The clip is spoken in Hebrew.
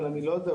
אבל אני לא יודע,